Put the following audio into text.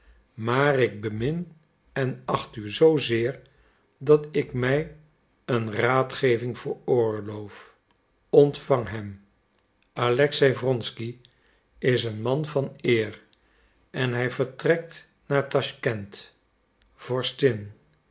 maar ik bemin en acht u zoozeer dat ik mij een raadgeving veroorloof ontvang hem alexei wronsky is een man van eer en hij vertrekt naar taschkent